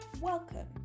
Welcome